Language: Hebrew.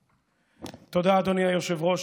תודה, אדוני היושב-ראש.